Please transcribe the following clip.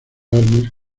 armas